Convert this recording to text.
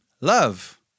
love